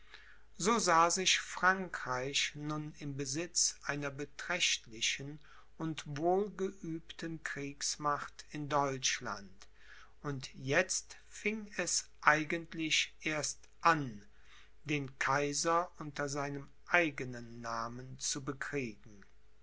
so sah sich frankreich nun im besitz einer beträchtlichen und wohlgeübten kriegsmacht in deutschland und jetzt fing es eigentlich erst an den kaiser unter seinem eigenen namen zu bekriegen